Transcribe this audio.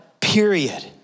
period